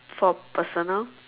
for personal